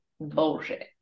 bullshit